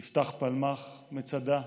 יפתח-פלמח, מצדה,